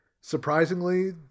surprisingly